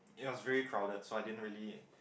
it was very crowded so I din really